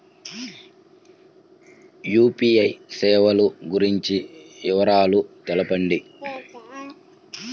UPI సేవలు గురించి వివరాలు తెలుపండి?